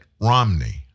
Romney